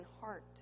heart